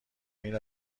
این